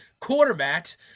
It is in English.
quarterbacks